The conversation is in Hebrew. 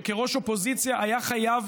שכראש אופוזיציה היה חייב,